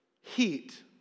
heat